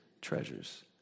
treasures